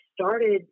started